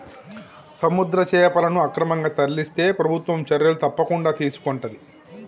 సముద్ర చేపలను అక్రమంగా తరలిస్తే ప్రభుత్వం చర్యలు తప్పకుండా తీసుకొంటది